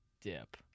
dip